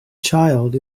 child